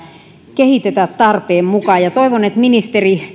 kehitetä tarpeen mukaan ja toivon että ministeri